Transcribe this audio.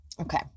Okay